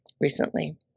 recently